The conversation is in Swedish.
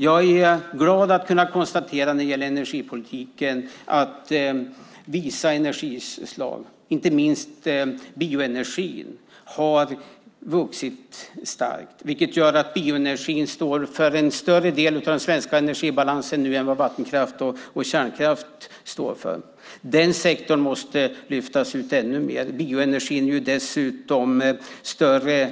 När det gäller energipolitiken är jag är glad att kunna konstatera att visa energislag, inte minst bioenergin, har vuxit starkt. Det gör att bioenergin nu står för en större del av den svenska energibalansen än vad vattenkraft och kärnkraft gör. Denna sektor måste lyftas upp ännu mer. Bioenergin är dessutom större